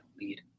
lead